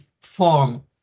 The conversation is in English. form